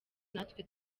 natwe